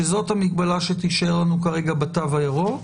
שזאת המגבלה שתישאר לנו כרגע בתו הירוק,